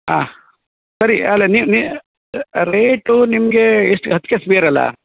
ಹಾಂ ಸರಿ ಅಲ್ಲ ನೀವು ನೀವು ರೇಟೂ ನಿಮಗೆ ಎಷ್ಟು ಹತ್ತು ಕೇಸ್ ಬಿಯರ್ ಅಲ್ಲ